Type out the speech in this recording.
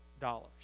dollars